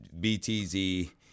BTZ